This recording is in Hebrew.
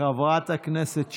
חברת הכנסת שטרית,